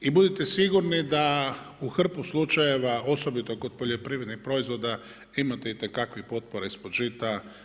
I budite sigurni da u hrpu slučajeva, osobito kod poljoprivrednih proizvoda imate itekakvih potpora ispod žita.